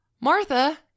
Martha